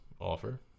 offer